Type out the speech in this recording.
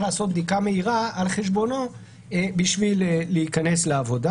לעשות בדיקה מהירה על חשבונו בשביל להיכנס לעבודה